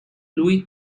louis